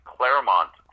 Claremont